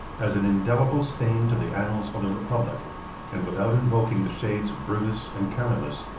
as an indelible stain to the annals of the republic and without invoking the shades of brutus and camillus,